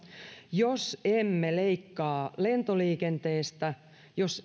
jos emme leikkaa lentoliikenteestä jos